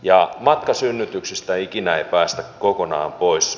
ja matkasynnytyksistä ei ikinä päästä kokonaan pois